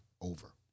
over